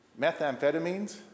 methamphetamines